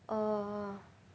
oh oh